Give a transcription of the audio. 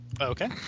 Okay